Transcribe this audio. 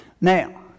Now